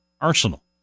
arsenal